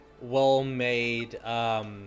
well-made